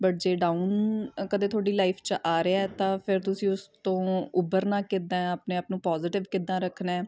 but ਜੇ down ਕਦੇ ਤੁਹਾਡੀ ਲਾਈਫ 'ਚ ਆ ਰਿਹਾ ਤਾਂ ਫਿਰ ਤੁਸੀਂ ਉਸ ਤੋਂ ਉਭਰਨਾ ਕਿੱਦਾਂ ਆਪਣੇ ਆਪ ਨੂੰ ਪੋਜੀਟਿਵ ਕਿੱਦਾਂ ਰੱਖਣਾ